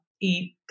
eat